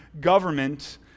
government